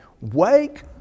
wake